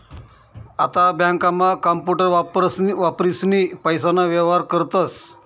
आता बँकांमा कांपूटर वापरीसनी पैसाना व्येहार करतस